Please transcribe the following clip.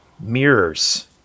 Mirrors